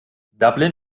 dublin